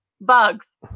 bugs